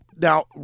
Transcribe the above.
Now